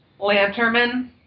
Lanterman